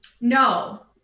No